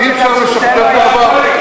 אי-אפשר לשכתב את העבר,